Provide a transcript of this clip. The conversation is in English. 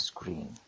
screen